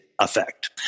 effect